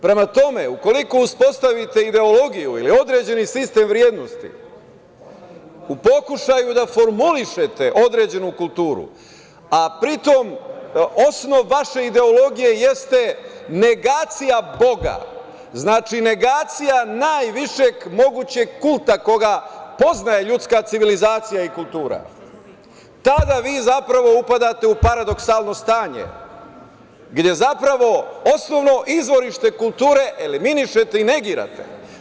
Prema tome, ukoliko uspostavite ideologiju ili određeni sistem vrednosti u pokušaju da formulišete određenu kulturu, a pritom osnov vaše ideologije jeste negacija Boga, znači, negacija najvišeg mogućeg kulta koga poznaje ljudska civilizacija i kultura, tada vi zapravo upadate u paradoksalno stanje, gde zapravo osnovno izvorište kulture eliminišete i negirate.